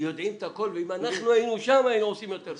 יודעים את הכול ואם אנחנו היינו שם היינו עושים יותר טוב.